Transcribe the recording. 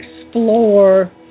explore